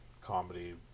comedy